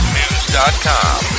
news.com